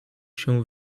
się